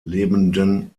lebenden